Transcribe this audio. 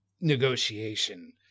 negotiation